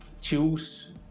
choose